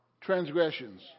transgressions